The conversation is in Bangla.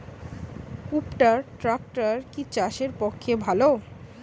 কুবটার ট্রাকটার কি চাষের পক্ষে ভালো?